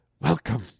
Welcome